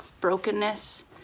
brokenness